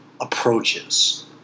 approaches